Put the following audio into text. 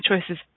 choices